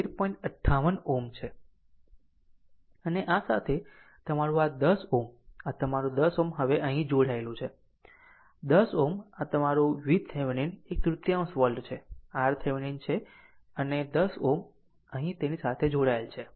અને આ સાથે આ 10 Ω તમારું આ 10 Ω હવે અહીં જોડાયેલું છે 10 this આ તમારું VThevenin એક તૃતીયાંશ વોલ્ટ છે RThevenin આ છે અને 10 Ω અહીં તેની સાથે જોડાયેલ છે